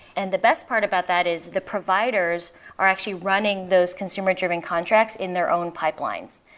and the best part about that is the providers are actually running those consumer-driven contracts in their own pipelines.